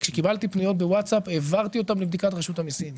וכשקיבלתי פניות בווטסאפ העברתי אותן לבדיקת רשות המיסים,